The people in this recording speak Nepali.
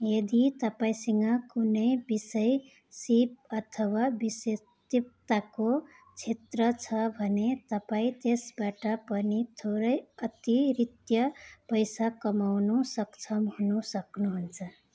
यदि तपाईँँसिँग कुनै विषय सीप अथवा विशेषचिप्ताको क्षेत्र छ भने तपाईँँ त्यसबाट पनि थोरै अतिरिक्त पैसा कमाउनु सक्षम हुनु सक्नुहुन्छ